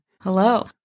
Hello